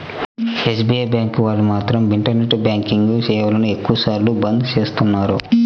SBI bank వాళ్ళు మాత్రం internet banking సేవలను ఎక్కువ సార్లు బంద్ చేస్తున్నారు